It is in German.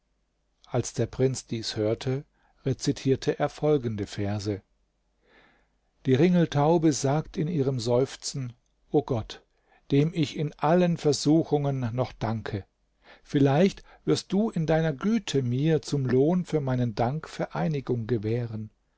als der prinz dies hörte rezitierte er folgende verse die ringeltaube sagt in ihrem seufzen o gott dem ich in allen versuchungen noch danke vielleicht wirst du in deiner güte mir zum lohn für meinen dank vereinigung gewähren